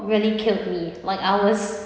really killed me like I was